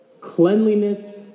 cleanliness